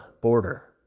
border